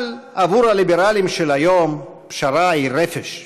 אבל עבור הליברלים של היום פשרה היא רפש.